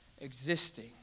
existing